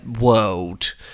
World